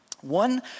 One